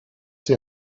die